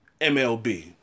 MLB